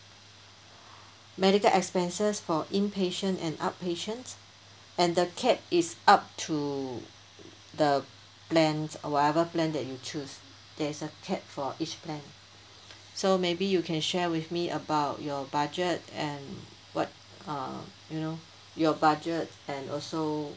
medical expenses for inpatient and outpatient and the cap is up to the plans or whatever plan that you choose there's a cap for each plan so maybe you can share with me about your budget and what uh you know your budget and also